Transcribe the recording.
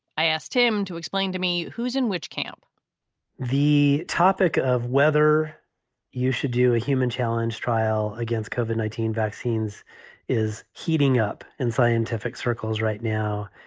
i asked him to explain to me who is in which camp the topic of whether you should do a human challenge trial against cova nineteen vaccines is heating up in scientific circles right now.